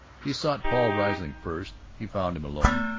he sought paul riesling first. he found him alone,